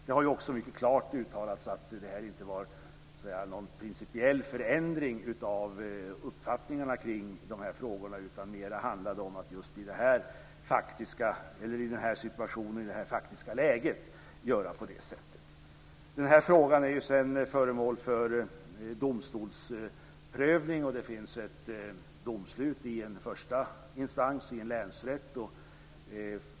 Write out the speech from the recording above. Det har också mycket klart uttalats att det inte har varit någon principiell förändring i uppfattningarna om dessa frågor, utan att det mer har handlat om att just i detta faktiska läge göra på det här sättet. Den här frågan har sedan blivit föremål för domstolsprövning, och det finns ett domslut i en första instans, en länsrätt.